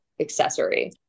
accessory